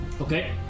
Okay